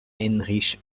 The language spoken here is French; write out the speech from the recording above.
heinrich